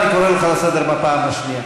אני קורא אותך לסדר בפעם השנייה.